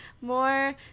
more